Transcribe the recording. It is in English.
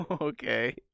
okay